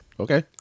Okay